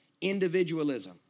individualism